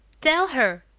tell her!